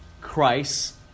Christ